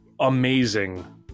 amazing